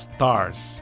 Stars